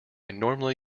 normally